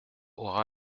aura